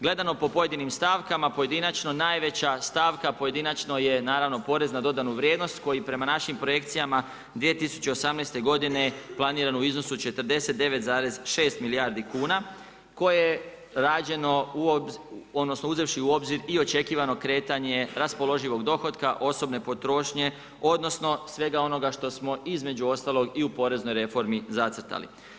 Gledamo po pojedinim stankama, pojedinačno najveća stavka pojedinačno je porez na dodanu vrijednost koji prema našim projekcijama 2018. godine planiran u iznosu od 49,6 milijardi kuna uzevši u obzir i očekivano kretanje raspoloživog dohotka, osobne potrošnje odnosno svega onoga što smo između ostalog i u poreznoj reformi zacrtali.